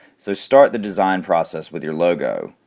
so start the design process with your logo.